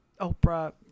Oprah